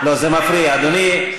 לא, זה מפריע, אדוני.